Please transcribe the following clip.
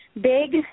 big